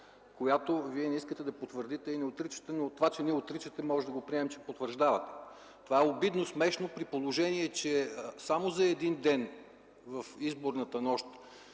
която Вие не искате да потвърдите и не отричате. Но това, че не я отричате, можем да го приемем, че потвърждавате. Това е обидно смешно, при положение че само за един ден в изборната нощ